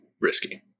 risky